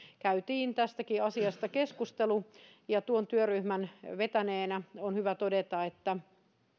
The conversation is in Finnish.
käytiin tästäkin asiasta keskustelu ja tuon työryhmän vetäneenä on hyvä todeta että